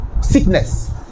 sickness